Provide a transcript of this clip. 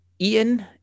Ian